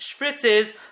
spritzes